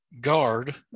guard